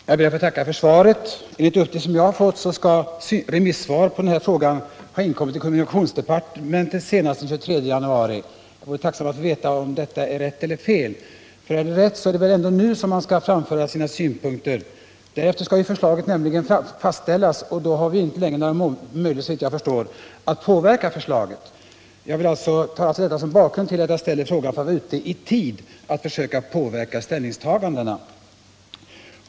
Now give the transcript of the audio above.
Herr talman! Jag ber att få tacka för svaret. Enligt uppgifter som jag har fått skall remissvar i detta ärende ha inkommit till kommunikationsdepartementet senast den 23 januari. Jag vore tacksam få veta om detta är riktigt eller felaktigt. Är uppgiften riktig är det väl nu som man skall framföra sina synpunkter. Efter den 23 januari skall ju förslaget fastställas, och sedan har vi såvitt jag förstår inga möjligheter att påverka frågans behandling. Jag vill alltså ta detta som bakgrund till att jag ställer frågan för att vara ute i tid med att försöka påverka förhållandena.